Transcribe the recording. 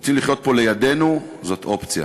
רוצים לחיות פה לידנו, זאת אופציה.